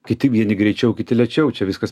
kiti vieni greičiau kiti lėčiau čia viskas